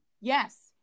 Yes